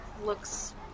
looks